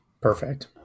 Perfect